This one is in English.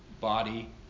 body